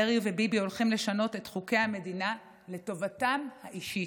דרעי וביבי הולכים לשנות את חוקי המדינה לטובתם האישית.